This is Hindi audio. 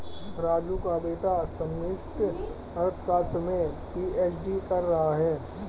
राजू का बेटा समष्टि अर्थशास्त्र में पी.एच.डी कर रहा है